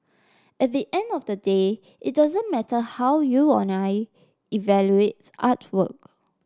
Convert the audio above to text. at the end of the day it doesn't matter how you or I evaluate artwork